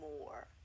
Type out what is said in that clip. more